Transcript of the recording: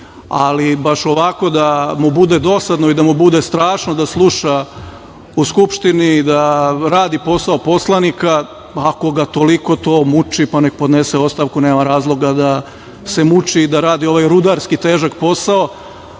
ali baš ovako da mu bude dosadno i da mu bude strašno da sluša u Skupštini i da radi posao poslanika. Ako ga toliko to muči, pa neka podnese ostavku, nema razloga da se muči i da radi ovaj rudarski i težak posao.